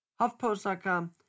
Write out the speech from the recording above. HuffPost.com